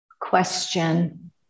question